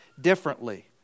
differently